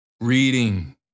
Reading